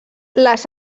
les